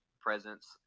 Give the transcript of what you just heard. presence